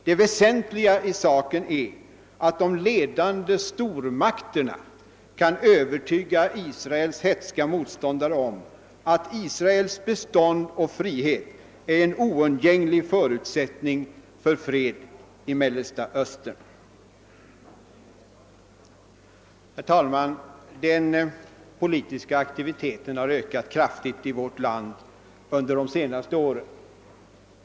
Det väsentliga i saken är att de ledande stormakterna kan övertyga Israels hätska motståndare om att Israels bestånd och frihet är en oundgänglig förutsättning för fred i Mellersta Östern. Herr talman! Den politiska aktiviteten har ökat kraftigt i vårt land under de senaste åren.